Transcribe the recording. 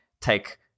take